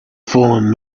fallen